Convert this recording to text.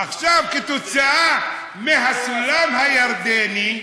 עכשיו, כתוצאה מהסולם הירדני,